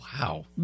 Wow